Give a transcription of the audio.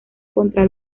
contra